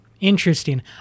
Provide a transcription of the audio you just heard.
Interesting